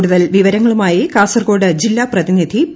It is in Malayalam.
കൂടുതൽ വിവരങ്ങളുമായി കാസർകോട് ജില്ലാ പ്രതിനിധി പി